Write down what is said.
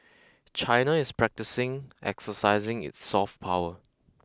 China is practising exercising its soft power